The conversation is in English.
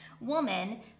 Woman